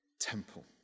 temple